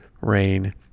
rain